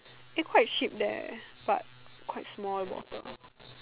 is quite cheap there but quite small bottle